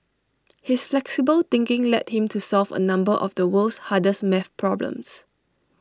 his flexible thinking led him to solve A number of the world's hardest math problems